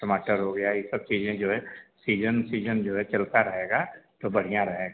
टमाटर हो गया यह सब चीज़ें जो है सीजन सीजन जो है चलता रहेगा तो बढ़िया रहेगा